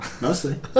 Mostly